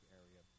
area